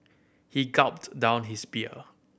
he gulped down his beer